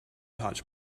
hotch